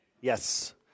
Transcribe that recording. Yes